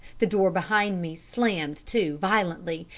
the door behind me slammed to violently,